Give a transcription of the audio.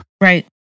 Right